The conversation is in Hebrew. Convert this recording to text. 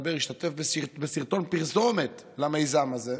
מסתבר שהוא השתתף בסרטון פרסומת למיזם הזה,